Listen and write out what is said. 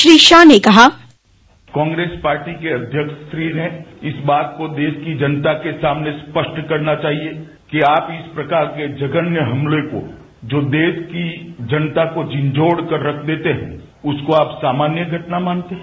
श्री शाह ने कहा कांग्रेस पार्टी के अध्यक्ष जी ने इस बात को देश की जनता के सामने स्पष्ट करना चाहिए कि आप इस प्रकार के जघन्य हमले को जो देश की जनता को झिंकझोर कर रख देते हैं उसको आप सामान्य घटना मानते हैं